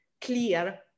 clear